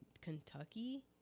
Kentucky